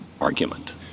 argument